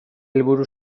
helburu